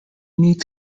need